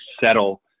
settle